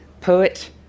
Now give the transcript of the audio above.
poet